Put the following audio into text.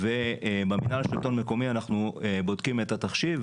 ובמינהל לשלטון מקומי אנחנו בודקים את התחשיב,